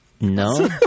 No